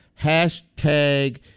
hashtag